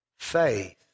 Faith